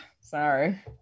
Sorry